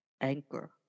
Anchor